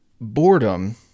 boredom